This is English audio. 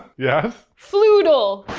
yes? floodle!